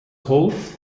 holz